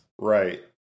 Right